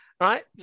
right